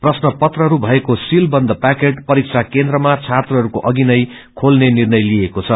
प्रश्न पत्रहरू भएको सीबन्द पैकेट परीक्षा केन्द्रमा छात्रहरूको अधिनै खोल्ने निर्णय लिइएको छ